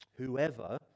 Whoever